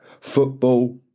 football